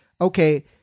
okay